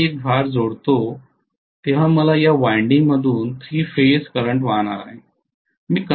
आता मी एक भार जोडतो तेव्हा मला या वाइंडिंगमधून 3 फेज करंट वाहणार आहे